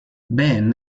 ben